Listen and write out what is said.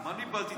מה ניבלתי את הפה?